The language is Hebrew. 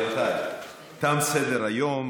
רבותיי, תם סדר-היום.